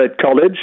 College